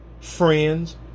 friends